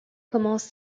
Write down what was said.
commence